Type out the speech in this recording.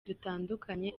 dutandukanye